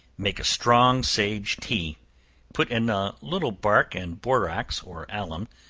make a strong sage tea put in a little bark and borax or alum,